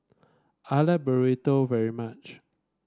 I like Burrito very much